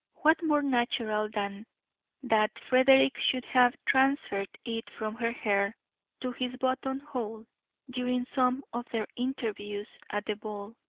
what more natural than that frederick should have transferred it from her hair to his buttonhole during some of their interviews at the ball,